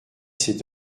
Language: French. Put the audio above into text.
cet